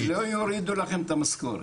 ולא יורידו לכם את המשכורת.